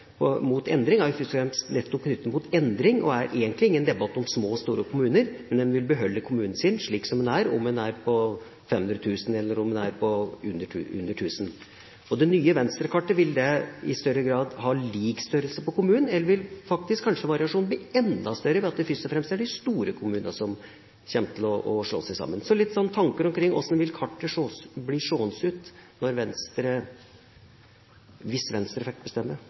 fremst nettopp knyttet mot endring og er egentlig ingen debatt om små og store kommuner, men at en vil beholde kommunen sin slik den er, om den har 500 000 innbyggere, eller om den har under 1 000 innbyggere. Vil det nye Venstre-kartet i større grad ha lik størrelse på kommunene, eller vil faktisk kanskje variasjonen bli enda større, ved at det først og fremst er de store kommunene som kommer til å slå seg sammen? Jeg vil gjerne få litt tanker fra representanten omkring hvordan kartet vil bli seende ut når Venstre – hvis Venstre – får bestemme.